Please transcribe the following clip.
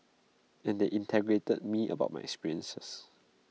and then they interrogated me about my experience